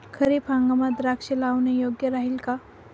खरीप हंगामात द्राक्षे लावणे योग्य राहिल का?